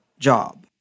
Job